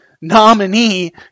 nominee